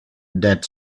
that